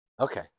Okay